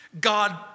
God